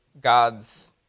God's